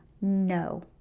no